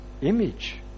image